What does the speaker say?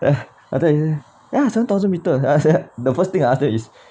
there and then he say ya seven thousand metre I said the first thing I ask them is